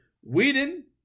Whedon